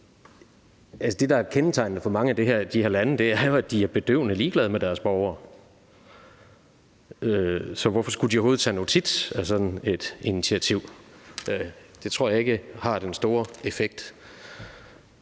Det, der er kendetegnende for mange af de her lande, er jo, at de er bedøvende ligeglade med deres borgere. Så hvorfor skulle de overhovedet tage notits af sådan et initiativ? Det tror jeg ikke har den store effekt.